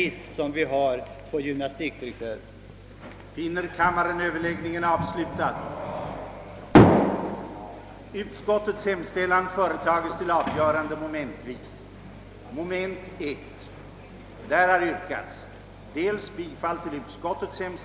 I detta sammanhang hade utskottet till behandling förehaft i vad de avsåge att riksdagen måtte besluta att i skrivelse till Kungl. Maj:t hemställa om skyndsam utredning i syfte att verkställa en samlad översyn av bela vuxenutbildningsområdet, varvid särskild uppmärksamhet borde ägnas de krav som nu och i framtiden ställdes i fråga om vuxenutbildningens organisation, kapacitet och målsättning, icke måtte föranleda någon riksdagens åtgärd;